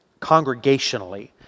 congregationally